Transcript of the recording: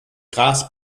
gras